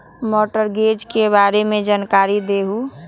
Mortgage के बारे में जानकारी देहु?